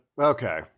Okay